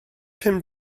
pum